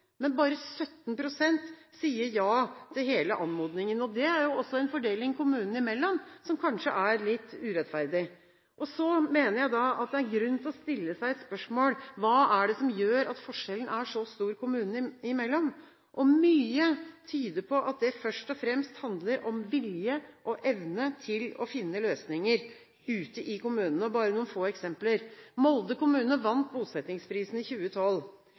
men ikke alle de blir bedt om. Bare 17 pst. sier ja til hele anmodningen. Det er en fordeling kommunene imellom som kanskje er litt urettferdig. Jeg mener det er grunn til å stille seg et spørsmål: Hva er det som gjør at forskjellen er så stor kommunene imellom? Mye tyder på at det først og fremst handler om vilje og evne til å finne løsninger ute i kommunene. Jeg har noen få eksempler. Molde kommune vant Bosettingsprisen i 2012.